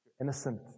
Innocent